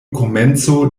komenco